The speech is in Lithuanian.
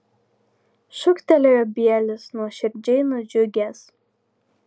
šūktelėjo bielis nuoširdžiai nudžiugęs